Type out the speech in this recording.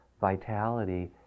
vitality